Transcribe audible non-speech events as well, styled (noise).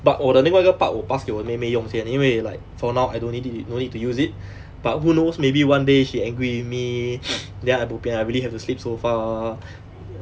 but 我的另外一个 part 我 pass 给我妹妹用先因为 like for now I don't need it no need to use it but who knows maybe one day she angry with me (noise) then I really bo pian I have to sleep sofa